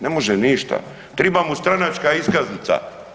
Ne može ništa, triba mu stranačka iskaznica.